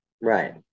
right